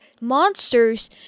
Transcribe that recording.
monsters